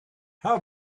how